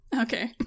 Okay